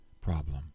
problem